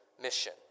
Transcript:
mission